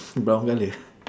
brown colour